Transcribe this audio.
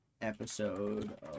episode